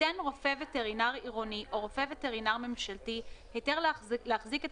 ייתן רופא וטרינר עירוני או רופא וטרינר ממשלתי היתר להחזיק את